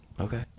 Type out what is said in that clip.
Okay